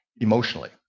emotionally